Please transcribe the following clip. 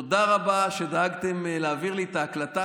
תודה רבה שדאגתם להעביר לי את ההקלטה